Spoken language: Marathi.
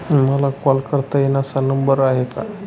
मला कॉल करता येईल असा नंबर आहे का?